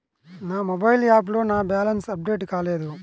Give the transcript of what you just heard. నా మొబైల్ యాప్లో నా బ్యాలెన్స్ అప్డేట్ కాలేదు